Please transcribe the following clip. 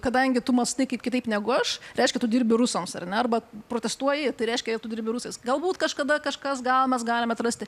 kadangi tu mąstai kaip kitaip negu aš reiškia tu dirbi rusams ar na arba protestuoji tai reiškia tu dirbi rusijos galbūt kažkada kažkas gal mes galim atrasti